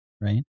right